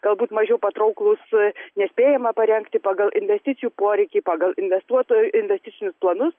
galbūt mažiau patrauklūs nespėjama parengti pagal investicijų poreikį pagal investuotojų investicinius planus